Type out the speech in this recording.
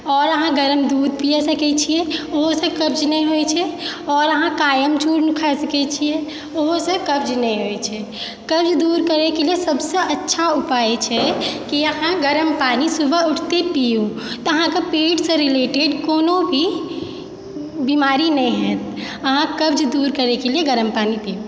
आओर अहाँ गरम दूध पिय सकैत छियै ओहोसँ कब्ज नहि होयत छै आओर अहाँ कायमचूर्ण खा सकैत छियै ओहोसँ कब्ज नहि होयत छै कब्ज दूर करयके लेल सभसँ अच्छा उपाय छै कि अहाँ गरम पानी सुबह उठिते पीयूँ तऽ आहाँके पेटसँ रिलेटेड कोनो भी बीमारी नहि होयत आहाँ कब्ज दूर करयके लिए गरम पानी पीयूँ